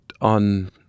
on